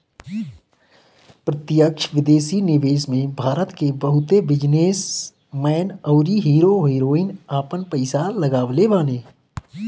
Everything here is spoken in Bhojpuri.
प्रत्यक्ष विदेशी निवेश में भारत के बहुते बिजनेस मैन अउरी हीरो हीरोइन आपन पईसा लगवले बाने